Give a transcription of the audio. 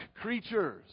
creatures